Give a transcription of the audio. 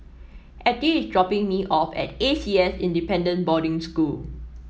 Ettie is dropping me off at A C S Independent Boarding School